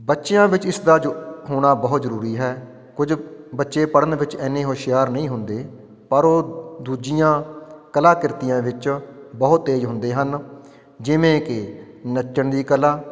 ਬੱਚਿਆਂ ਵਿੱਚ ਇਸਦਾ ਜੋ ਹੋਣਾ ਬਹੁਤ ਜ਼ਰੂਰੀ ਹੈ ਕੁਝ ਬੱਚੇ ਪੜ੍ਹਨ ਵਿੱਚ ਇੰਨੇ ਹੁਸ਼ਿਆਰ ਨਹੀਂ ਹੁੰਦੇ ਪਰ ਉਹ ਦੂਜੀਆਂ ਕਲਾ ਕਿਰਤੀਆਂ ਵਿੱਚ ਬਹੁਤ ਤੇਜ਼ ਹੁੰਦੇ ਹਨ ਜਿਵੇਂ ਕਿ ਨੱਚਣ ਦੀ ਕਲਾ